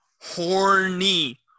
Horny